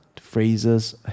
phrases